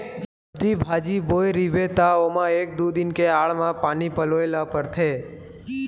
सब्जी बाजी बोए रहिबे त ओमा एक दू दिन के आड़ म पानी पलोए ल परथे